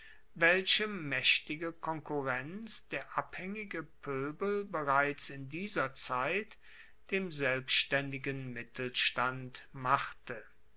welche maechtige konkurrenz der abhaengige poebel bereits in dieser zeit dem selbstaendigen mittelstand machte